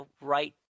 right